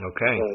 Okay